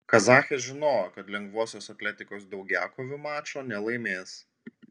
kazachės žinojo kad lengvosios atletikos daugiakovių mačo nelaimės